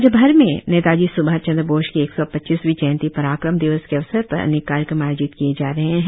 राज्य भर में नेताजी स्भाष चंद्र बोस की एक सौ पच्चिसवी जयंती पराक्रम दिवस के अवसर पर अनेक कार्यक्रम आयोजित किए जा रहे है